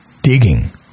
digging